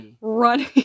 running